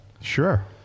Sure